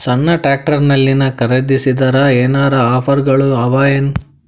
ಸಣ್ಣ ಟ್ರ್ಯಾಕ್ಟರ್ನಲ್ಲಿನ ಖರದಿಸಿದರ ಏನರ ಆಫರ್ ಗಳು ಅವಾಯೇನು?